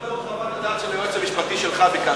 רק לאור חוות הדעת של היועץ המשפטי שלך ביקשתי.